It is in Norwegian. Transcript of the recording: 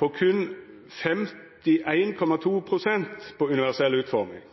på berre 51,2 pst. på universell utforming.